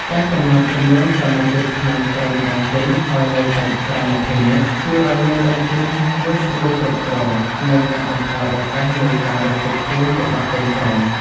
ការកំណត់ចំនួនសមាជិកក្នុងក្រុមតុងទីនឱ្យនៅតិច (ក្រោម ២០ នាក់) ជួយឱ្យមេតុងទីនងាយស្រួលគ្រប់គ្រង និងកាត់បន្ថយឱកាសនៃការរត់គេចខ្លួនរបស់កូនក្រុម។